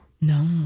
No